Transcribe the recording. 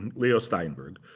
and leo steinberg.